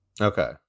Okay